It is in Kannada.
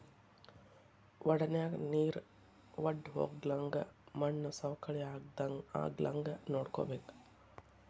ವಡನ್ಯಾಗ ನೇರ ವಡ್ದಹೊಗ್ಲಂಗ ಮಣ್ಣು ಸವಕಳಿ ಆಗ್ಲಂಗ ನೋಡ್ಕೋಬೇಕ